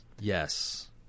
Yes